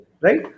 right